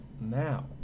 now